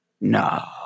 No